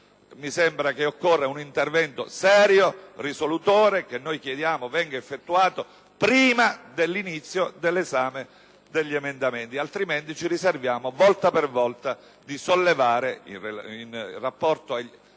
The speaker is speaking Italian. mi sembra che occorra un intervento serio, risolutore, che chiediamo venga effettuato prima dell'inizio dell'esame degli emendamenti, altrimenti ci riserviamo di sollevare, volta per volta, in rapporto ai singoli emendamenti,